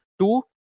two